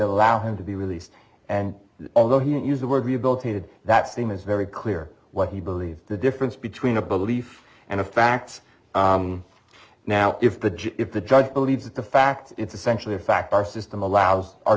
allow him to be released and although he didn't use the word rehabilitated that scene is very clear what he believes the difference between a belief and a facts now if the judge if the judge believes that the fact it's essentially a fact our system allows our